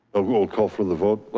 a roll call for the vote?